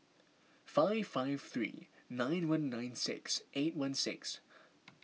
five five three nine one nine six eight one six